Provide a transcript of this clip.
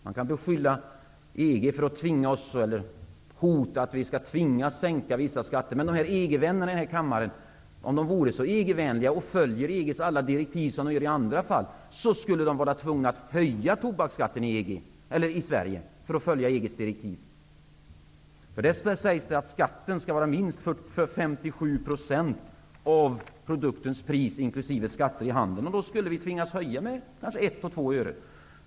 Man kan beskylla EG för att hota med att vi skall tvingas sänka vissa skatter, men om EG-vännerna här i kammaren vore så EG-vänliga och följde EG:s alla direktiv som de är i andra fall, skulle de vara tvungna att höja tobaksskatten i Sverige. Det sägs att skatten skall vara minst 57 % av produktens pris inkl. skatt i handeln, och då skulle vi tvingas höja den med 1 eller 2 öre.